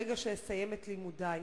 ברגע שאסיים את לימודי.